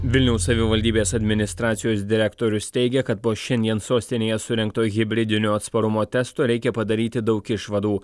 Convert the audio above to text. vilniaus savivaldybės administracijos direktorius teigia kad po šiandien sostinėje surengto hibridinio atsparumo testo reikia padaryti daug išvadų